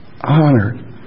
Honored